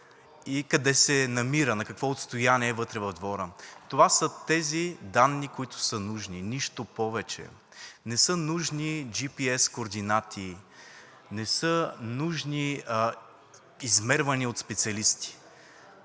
и къде се намира, на какво отстояние вътре в двора. Това са тези данни, които са нужни. Нищо повече. Не са нужни джипиес координати, не са нужни измервания от специалисти.